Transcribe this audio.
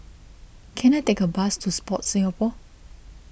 can I take a bus to Sport Singapore